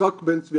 יצחק בן צבי.